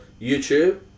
YouTube